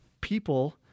people